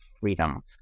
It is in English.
freedom